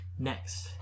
Next